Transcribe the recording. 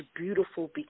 beautiful